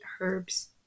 herbs